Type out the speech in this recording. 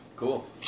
Cool